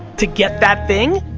to get that thing,